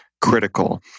critical